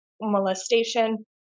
molestation